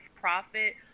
profit